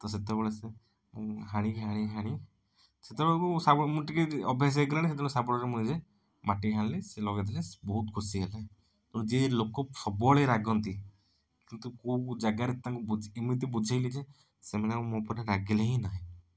ତ ସେତେବେଳେ ସେ ହାଣି ହାଣି ହାଣି ସେତେବେଳକୁ ଶାବଳ ମୁଁ ଟିକେ ଅଭ୍ୟାସ ହେଇ ଗଲାନି ସେତେବେଳେ ଶାବଳରେ ମୁଁ ନିଜେ ମାଟି ହାଣିଲି ସେ ଲଗାଇ ଦେଲେ ବହୁତ ଖୁସି ହେଲେ କହିଲେ ଯିଏ ଲୋକ ସବୁବେଳେ ରାଗନ୍ତି କିନ୍ତୁ କେଉଁ ଜାଗାରେ ତାଙ୍କୁ ବୁଝ ଏମିତି ବୁଝାଇଲି ଯେ ସେ ମାନେ ମୋ ଉପରେ ଆଉ ରାଗିଲେ ହିଁ ନାହିଁ